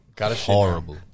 horrible